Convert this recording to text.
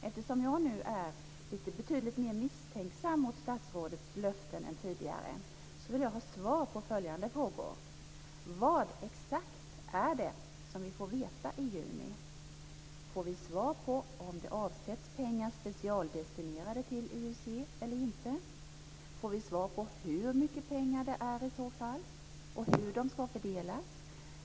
Eftersom jag nu är betydligt mer misstänksam mot statsrådets löften än tidigare vill jag ha svar på följande frågor: Vad exakt är det som vi får veta i juni? Får vi svar på om det avsätts pengar specialdestinerade till IUC, eller inte? Får vi i så fall svar på hur mycket pengar det är fråga om och hur de skall fördelas?